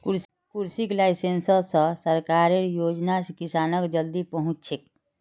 कृषि लाइसेंस स सरकारेर योजना किसानक जल्दी पहुंचछेक